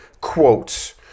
quotes